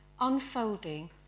unfolding